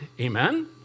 amen